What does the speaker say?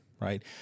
right